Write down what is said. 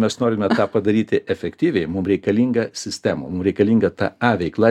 mes norime tą padaryti efektyviai mum reikalinga sistema mum reikalinga ta a veikla